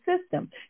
system